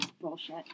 Bullshit